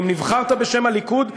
אם נבחרת בשם הליכוד,